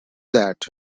that